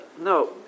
No